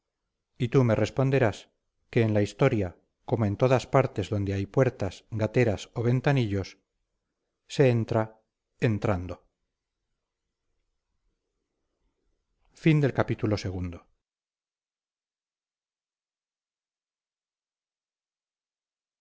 y tú me responderás que en la historia como en todas partes donde hay puertas gateras o ventanillos se entra entrando